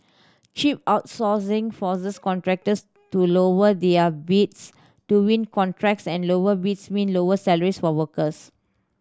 cheap outsourcing forces contractors to lower their bids to win contracts and lower bids mean lower salaries for workers